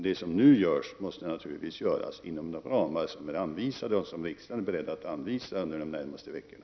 Det som nu görs måste naturligtvis göras inom de ramar som är anvisade och som riksdagen är beredd att anvisa under de närmaste veckorna.